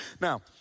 Now